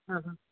ആ ആ